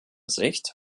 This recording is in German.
sicht